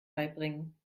beibringen